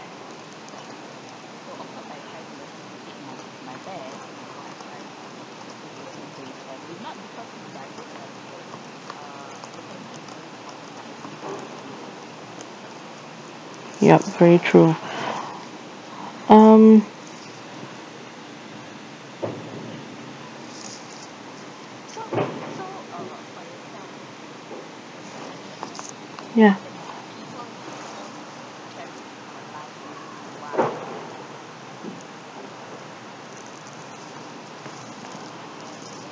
yup very true um ya